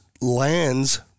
lands